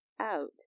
out